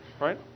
right